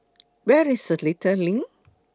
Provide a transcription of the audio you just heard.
Where IS Seletar LINK